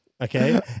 Okay